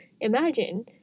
imagine